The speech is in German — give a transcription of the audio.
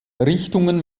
richtungen